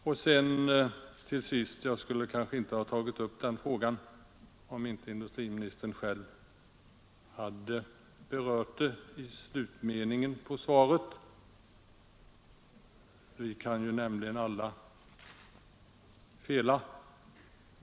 Till sist ett påpekande som jag kanske inte skulle ha gjort om inte industriministern själv hade berört saken i slutmeningen i svaret — vi kan nämligen alla fela.